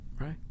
Right